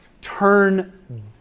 turn